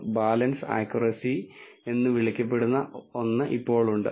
balanced accuracy എന്ന് വിളിക്കപ്പെടുന്ന ഒന്ന് ഇപ്പോളുണ്ട് അത് 0